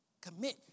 Commit